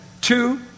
Two